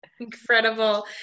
Incredible